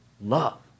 love